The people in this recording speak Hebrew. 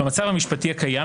במצב המשפטי הקיים,